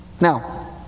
Now